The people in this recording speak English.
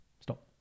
Stop